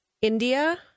India